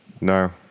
No